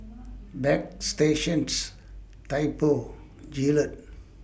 Bagstationz Typo Gillette